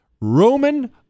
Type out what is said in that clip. Roman